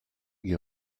est